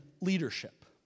leadership